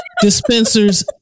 dispensers